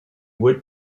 would